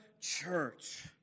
church